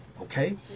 Okay